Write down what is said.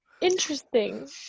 interesting